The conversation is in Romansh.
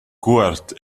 cuort